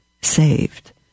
saved